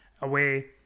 away